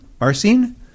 Marcin